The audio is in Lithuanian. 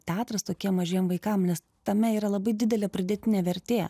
teatras tokiem mažiem vaikam nes tame yra labai didelė pridėtinė vertė